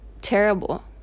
terrible